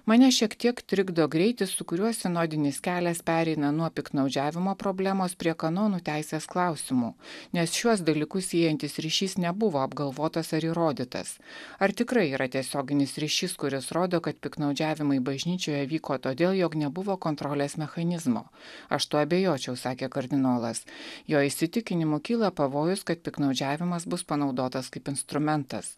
mane šiek tiek trikdo greitis su kuriuo sinodinis kelias pereina nuo piktnaudžiavimo problemos prie kanonų teisės klausimų nes šiuos dalykus siejantis ryšys nebuvo apgalvotas ar įrodytas ar tikrai yra tiesioginis ryšys kuris rodo kad piktnaudžiavimai bažnyčioje vyko todėl jog nebuvo kontrolės mechanizmo aš tuo abejočiau sakė kardinolas jo įsitikinimu kyla pavojus kad piktnaudžiavimas bus panaudotas kaip instrumentas